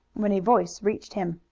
when a voice reached him.